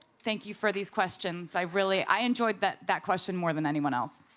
thank you for these questions. i really. i enjoyed that that question more than anyone else.